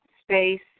space